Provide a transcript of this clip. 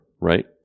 right